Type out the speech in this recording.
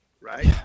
right